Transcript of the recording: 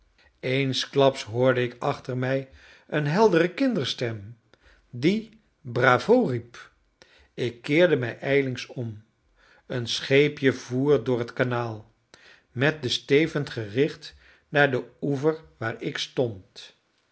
eensklaps hoorde ik achter mij eene heldere kinderstem die bravo riep ik keerde mij ijlings om een scheepje voer door het kanaal met den steven gericht naar den oever waar ik stond